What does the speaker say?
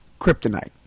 Kryptonite